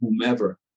whomever